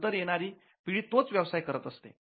नंतर येणारी पिढी तोच व्यवसाय करत असते